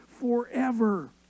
forever